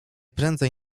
prędzej